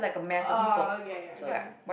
uh ya ya I get what you mean